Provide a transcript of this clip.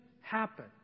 happen